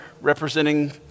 representing